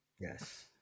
Yes